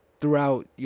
throughout